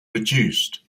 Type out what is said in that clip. reduced